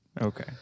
Okay